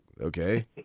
okay